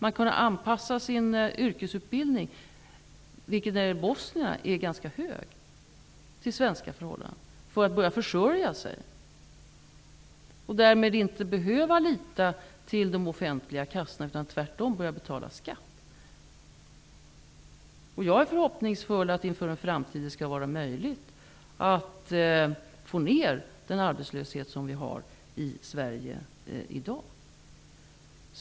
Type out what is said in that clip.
De kan anpassa sin yrkesubildning -- vilken är ganska hög när det gäller bosnierna -- till svenska förhållande för att börja försörja sig. Därmed behöver de inte lita till de offentliga kassorna. De kan tvärtom börja betala skatt. Jag är förhoppningsfull inför att det i framtiden skall vara möjligt att få ned den arbetslöshet vi har i Sverige i dag.